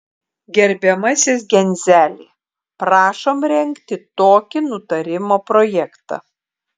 gerbiamasis genzeli prašom rengti tokį nutarimo projektą